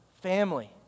family